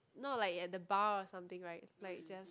not like at the bar or something right like just